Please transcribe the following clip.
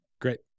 great